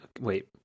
Wait